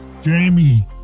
Jamie